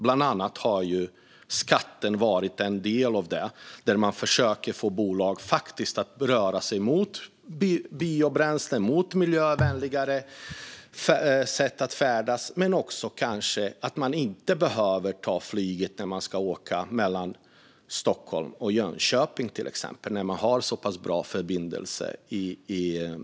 Skatten har varit en del av bland annat det, där vi försöker få bolag att börja använda biobränslen och miljövänligare sätt att färdas. Man kanske inte behöver ta flyget när man ska åka till exempel mellan Stockholm och Jönköping när det finns så pass bra tågförbindelser.